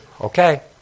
Okay